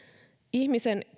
ihmisen